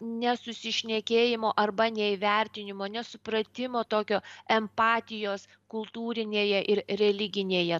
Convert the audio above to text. nesusišnekėjimo arba neįvertinimo nesupratimo tokio empatijos kultūrinėje ir religinėje